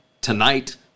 tonight